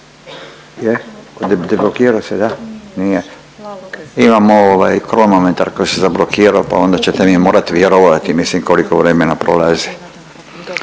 Imamo ovaj kronometar koji se zablokirati pa onda ćete mi morat vjerovati mislim koliko vremena prolazi.